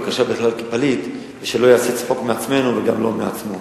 בקשה להכרה כפליט כדי שלא יעשה צחוק מאתנו וגם לא מעצמו.